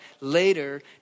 later